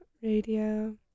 radio